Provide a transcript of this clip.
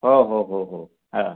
हो हो हो हो